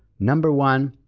number one.